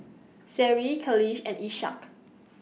Seri Khalish and Ishak